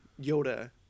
Yoda